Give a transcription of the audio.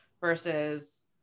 versus